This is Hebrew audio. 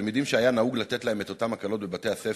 תלמידים שהיה נהוג לתת להם את אותן הקלות בבתי-הספר,